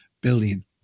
billion